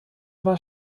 war